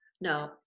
No